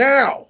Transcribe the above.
Now